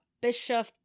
Bishop